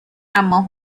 اما